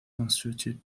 constructed